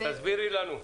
תסבירי לנו.